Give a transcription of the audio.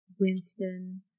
Winston